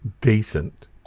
decent